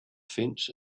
fence